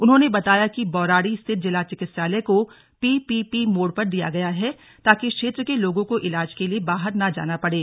उन्होंने बताया कि बौराड़ी स्थित जिला चिकित्सालय को पीपीपी मोड पर दिया गया है ताकि क्षेत्र के लोगों को इलाज के लिए बाहर न जाना पड़े